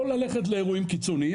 לא ללכת לאירועים קיצוניים,